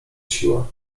siła